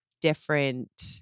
different